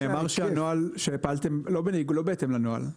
נאמר שפעלתם לא בהתאם לנוהל.